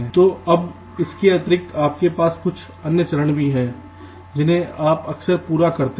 तो अब इसके अतिरिक्त आपके पास कुछ अन्य चरण भी हैं जिन्हें आप अक्सर पूरा करते हैं